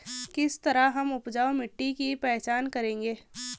किस तरह हम उपजाऊ मिट्टी की पहचान करेंगे?